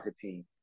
team